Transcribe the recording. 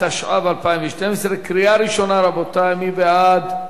התשע"ב 2012, קריאה ראשונה, רבותי, מי בעד?